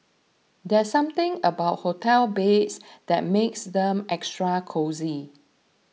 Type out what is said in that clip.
there's something about hotel beds that makes them extra cosy